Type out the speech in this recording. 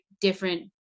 different